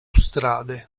strade